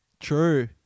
True